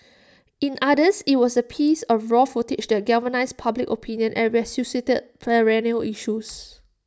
in others IT was A piece of raw footage that galvanised public opinion and resuscitated perennial issues